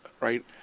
right